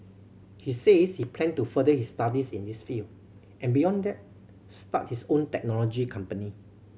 he says he plan to further his studies in this field and beyond that start his own technology company